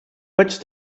vaig